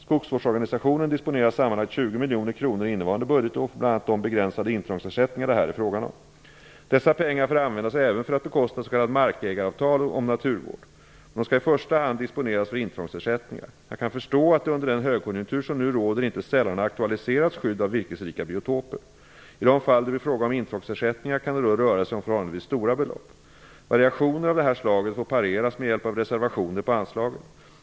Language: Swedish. Skogsvårdsorganisationen disponerar sammanlagt 20 miljoner kronor innevarande budgetår för bl.a. de begränsade intrångsersättningar det här är fråga om. Dessa pengar får användas även för att bekosta s.k. markägaravtal om naturvård, men de skall i första hand disponeras för intrångsersättningar. Jag kan förstå att det under den högkonjunktur som nu råder inte sällan har aktualiserats skydd av virkesrika biotoper. I de fall det blir fråga om intrångsersättningar kan det då röra sig om förhållandevis stora belopp. Variationer av det här slaget får pareras med hjälp av reservationer på anslaget.